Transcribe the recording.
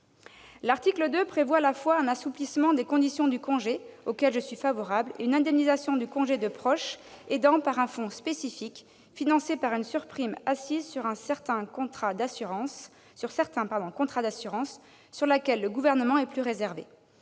L'article 2 prévoit à la fois un assouplissement des conditions du congé de proche aidant, auquel je suis favorable, et une indemnisation de celui-ci par un fonds spécifique, financé par une surprime assise sur certains contrats d'assurance, mesure sur laquelle le Gouvernement est plus réservé.